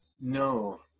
No